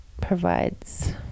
provides